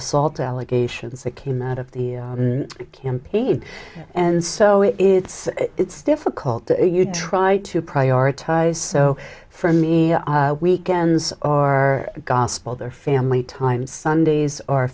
assault allegations that came out of the campaign and so it's it's difficult you try to prioritize so for me weekends or gospel their family time sundays o